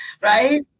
right